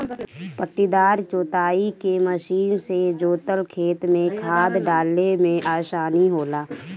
पट्टीदार जोताई के मशीन से जोतल खेत में खाद डाले में आसानी होला